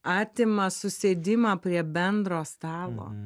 atima susėdimą prie bendro stalo